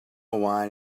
wine